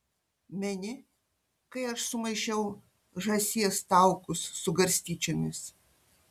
meni kai aš sumaišiau žąsies taukus su garstyčiomis